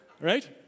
right